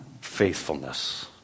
faithfulness